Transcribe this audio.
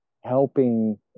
helping